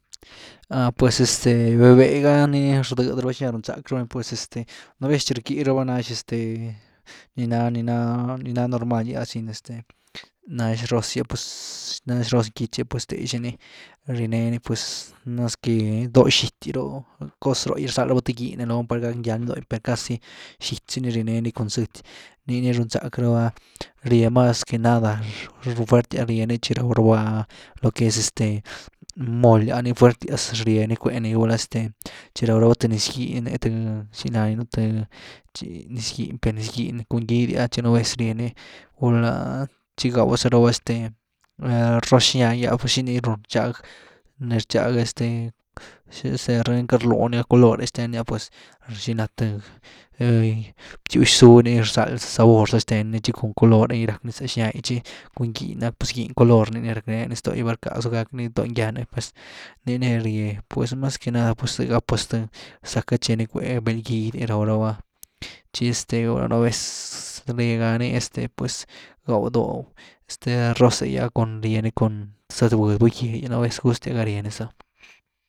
Ah pues este véh-véh ga ny rdëdy raba xina riwnzack rabani, pues este nú vez tchi rký raba nax este ní na- ni ná, ni ná normal gy’ah sin este, nax roz gy pues nax roz gy tche pues este té xini nienee ni pues mas que dó xity dóh cos rohgyas rzald raba th giny loony par gack ngýani dó’gy per casi xity zi ni rieneeny cun zëty, nii ni riwnzack raba rye mas que nada fuertias rye ni tchi raw rabá lo que es este moly ah, nii fuertyas ryeny kwenni, gulá este tchi ni raw rabá th niz giny th ¿xi lá ni’no’? Th tchi, niz giny pe!. niz giny cun gidy’ah tchi nú vez rye ni, gulá tchi gaw za raba este, roz xnýa gy’ah pues ¿xini run rchag, ne rchag este rëny rïn ca rlwy color’y xten ni? Pues na th btiwx-zuh nii rzald sabor za xtenni, txi cun color’e gy ni rack ni zë xnýa tchi cun giny pues giny color ni ni racknee la ni zto’gy val rckazu gack ni doo ngýan’e, pues nii ni rye pues mas que nada pues zëga pues th, zack gá tche ni ckwe bël gidy, ni raw rabá, tchi este gulá nú vez nee gani este pues gáw doh este roz’e gy’ah cun riee ni cun zët budy gúh gýe, gustyas gá ryeni zï.